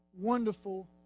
wonderful